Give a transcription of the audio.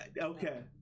okay